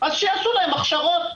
שיעשו להם הכשרות.